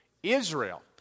Israel